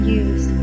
use